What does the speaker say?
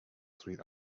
sweet